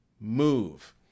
Move